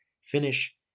finish